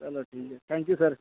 चलो ठीक ऐ थैंक यु सर